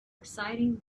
exciting